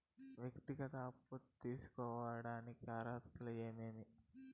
వ్యక్తిగత అప్పు తీసుకోడానికి అర్హతలు ఏమేమి